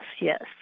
yes